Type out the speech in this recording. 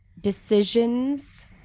decisions